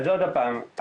עוד פעם,